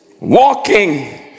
walking